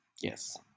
yes